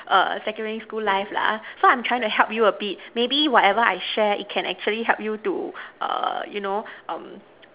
err secondary school life lah so I'm trying to help you a bit maybe whatever I share it can actually help you to err you know um